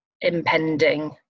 impending